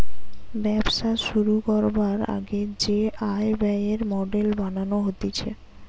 ব্যবসা শুরু করবার আগে যে আয় ব্যয়ের মডেল বানানো হতিছে